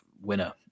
winner